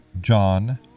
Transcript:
John